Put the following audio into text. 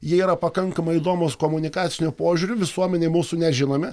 jie yra pakankamai įdomūs komunikaciniu požiūriu visuomenei mūsų nežinomi